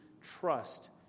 trust